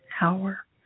hour